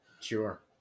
Sure